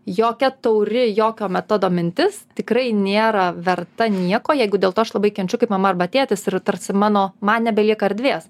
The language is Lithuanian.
jokia tauri jokio metodo mintis tikrai niera verta nieko jeigu dėl to aš labai kenčiu kaip mama arba tėtis ir tarsi mano man nebelieka erdvės